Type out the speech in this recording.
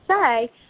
say